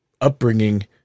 upbringing